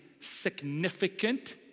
significant